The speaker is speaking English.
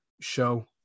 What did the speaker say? show